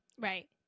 Right